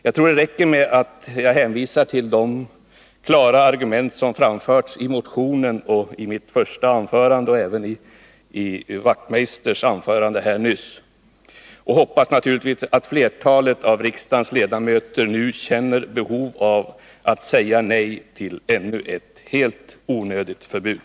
Jag tror det räcker med att jag hänvisar till de klara argument som framförts i motionen, i mitt första anförande och i Hans Wachtmeisters framförande nyss. Jag hoppas att flertalet av riksdagens ledamöter nu känner behov av att säga nej till ännu ett helt onödigt förbud.